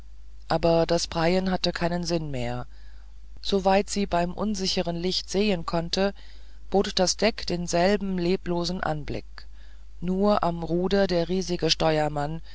aber das preien hatte keinen sinn mehr soweit sie beim unsicheren licht sehen konnte bot das deck denselben leblosen anblick nur am ruder der riesige steuermann